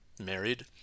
married